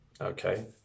okay